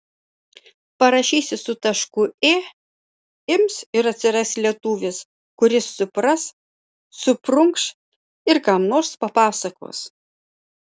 parašysi su tašku ė ims ir atsiras lietuvis kuris supras suprunkš ir kam nors papasakos